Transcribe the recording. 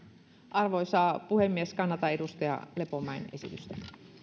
arvoisa puhemies kannatan edustaja lepomäen esitystä